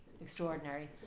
extraordinary